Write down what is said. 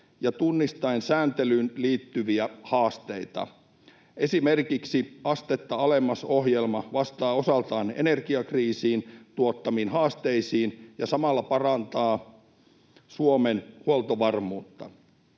ja tunnistaen sääntelyyn liittyviä haasteita. Esimerkiksi Astetta alemmas ‑ohjelma vastaa osaltaan energiakriisin tuottamiin haasteisiin ja samalla parantaa Suomen huoltovarmuutta.